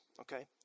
okay